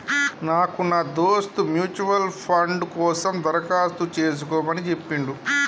నాకు నా దోస్త్ మ్యూచువల్ ఫండ్ కోసం దరఖాస్తు చేసుకోమని చెప్పిండు